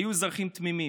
היו אזרחים תמימים,